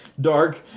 dark